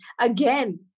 again